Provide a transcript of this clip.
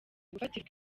gufatirwa